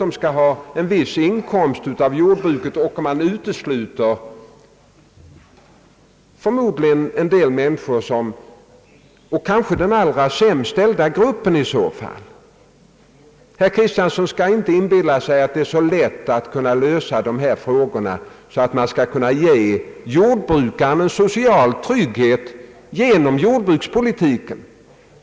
De skall ha en viss inkomst av jordbruket, och man utesluter förmodligen därmed en del människor — kanske i så fall den allra sämst ställda gruppen. Herr Kristiansson skall inte inbilla sig att det är så lätt att lösa dessa frågor, att man skall kunna ge jordbrukarna en verklig social trygghet via jordbrukspolitiken.